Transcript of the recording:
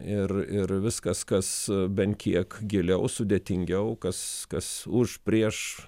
ir ir viskas kas bent kiek giliau sudėtingiau kas kas už prieš